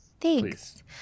Thanks